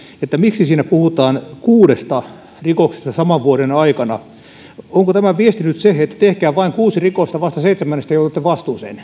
että siinä puhutaan kuudesta rikoksesta saman vuoden aikana onko tämä viesti nyt se että tehkää vain kuusi rikosta vasta seitsemännestä joudutte vastuuseen